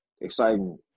exciting